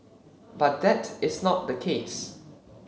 but that is not the case